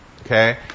Okay